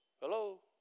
Hello